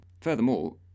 Furthermore